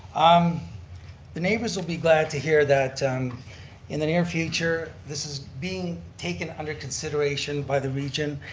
um the neighbors will be glad to hear that in the near future, this is being taking under consideration by the region,